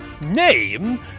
Name